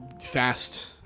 fast